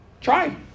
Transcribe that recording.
Try